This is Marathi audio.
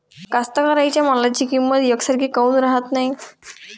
कास्तकाराइच्या मालाची किंमत यकसारखी काऊन राहत नाई?